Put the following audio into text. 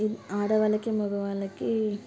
ఇది ఆడవాళ్ళకి మగవాళ్ళకి